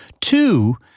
Two